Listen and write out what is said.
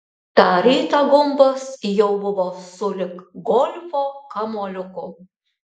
tą rytą gumbas jau buvo sulig golfo kamuoliuku